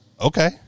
Okay